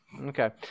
okay